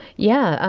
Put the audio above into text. yeah,